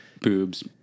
boobs